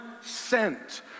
sent